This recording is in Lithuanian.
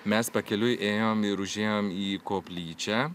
mes pakeliui ėjom ir užėjom į koplyčią